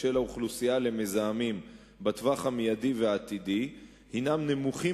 של האוכלוסייה למזהמים בטווח המיידי והעתידי הם נמוכים